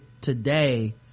today